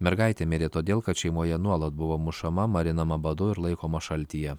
mergaitė mirė todėl kad šeimoje nuolat buvo mušama marinama badu ir laikoma šaltyje